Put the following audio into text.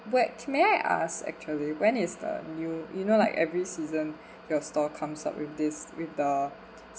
wait may I ask actually when is the new you know like every season your store comes up with this with the